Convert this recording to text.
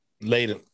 Later